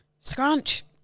Scrunch